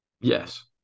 Yes